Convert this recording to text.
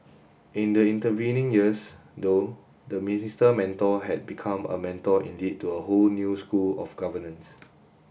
in the intervening years though the Minister Mentor had become a mentor indeed to a whole new school of governance